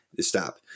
stop